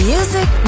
Music